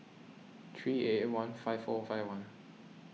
three eight eight one five four five one